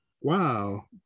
wow